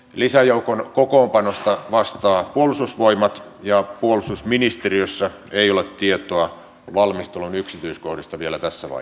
lisäjoukon kokoonpanosta vastaa puolustusvoimat ja puolustusministeriössä ei ole tietoa valmistelun yksityiskohdista vielä tässä vaiheessa